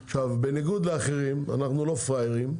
למחיר, בניגוד לאחרים, אנחנו לא פראיירים,